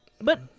But-